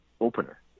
Opener